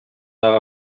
ага